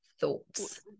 thoughts